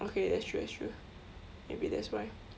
okay that's true that's true maybe that's why